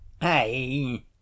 Hey